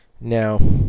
Now